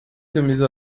camisa